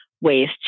ways